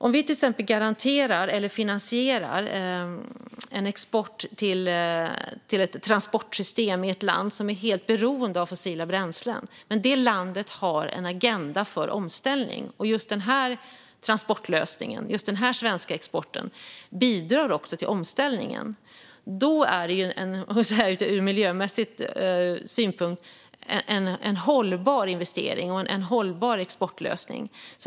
Om vi till exempel garanterar eller finansierar export till ett transportsystem i ett land som är helt beroende av fossila bränslen men som har en agenda för omställning och just den här transportlösningen, just den här svenska exporten, bidrar till omställningen - då är det en miljömässigt hållbar investering och exportlösning.